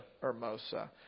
Hermosa